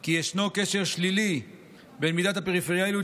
כי ישנו קשר שלילי בין מידת הפריפריאליות